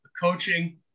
coaching